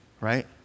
right